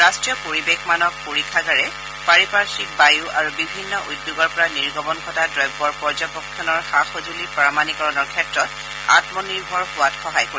ৰাষ্ট্ৰীয় পৰিৱেশ মানক পৰীক্ষাগাৰে পাৰিপাৰ্থিক বায়ু আৰু বিভিন্ন উদ্যোগৰ পৰা নিৰ্গমন ঘটা দ্ৰব্যৰ পৰ্যব্যক্ষণৰ সা সঁজুলিৰ প্ৰামাণিকৰণৰ ক্ষেত্ৰত আমনিৰ্ভৰ হোৱাত সহায় কৰিব